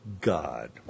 God